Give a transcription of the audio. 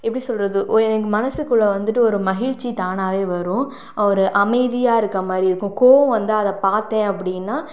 எப்படி சொல்லுறது ஒரு எனக்கு மனசுக்குள்ளே வந்துவிட்டு ஒரு மகிழ்ச்சி தானாகவே வரும் ஒரு அமைதியாக இருக்க மாதிரி இருக்கும் கோவம் வந்தால் அதை பார்த்தேன் அப்படின்னா